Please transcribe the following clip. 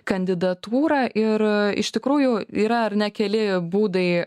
kandidatūrą ir iš tikrųjų yra ar ne keli būdai